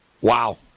Wow